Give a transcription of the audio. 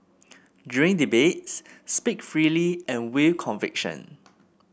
during debates speak freely and with conviction